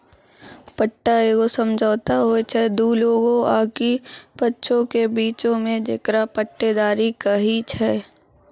पट्टा एगो समझौता होय छै दु लोगो आकि पक्षों के बीचो मे जेकरा पट्टेदारी कही छै